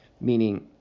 Meaning